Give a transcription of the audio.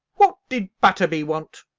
what did butterby want?